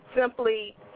simply